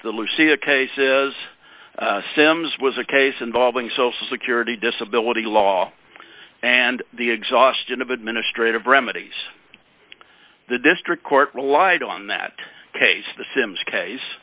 luisita case is sim's was a case involving social security disability law and the exhaustion of administrative remedies the district court relied on that case the sims case